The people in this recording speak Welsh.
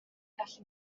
gallu